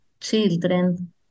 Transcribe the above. children